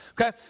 okay